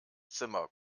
zimmer